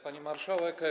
Pani Marszałek!